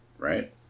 right